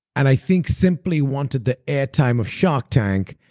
and i think simply wanted the air time of shark tank,